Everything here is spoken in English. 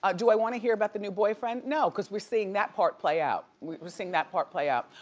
um do i want to hear about the new boyfriend? no cause we're seeing that part play out. we're seeing that part play out.